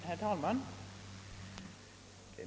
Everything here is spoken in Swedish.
Herr talman!